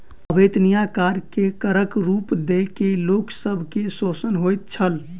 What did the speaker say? अवेत्निया कार्य के करक रूप दय के लोक सब के शोषण होइत छल